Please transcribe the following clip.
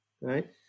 Right